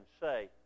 say